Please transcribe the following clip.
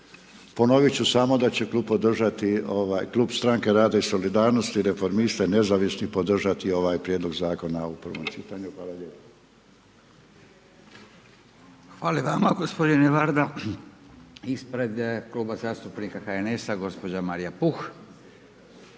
ponoviti ću samo da će Klub stranke rada i solidarnosti, reformista i nezavisnih podržati ovaj prijedlog zakona u prvom čitanju. Hvala lijepo. **Radin, Furio (Nezavisni)** Hvala i vama gospodine Varda. Ispred Kluba zastupnika HNS-a gospođa Marija Puh.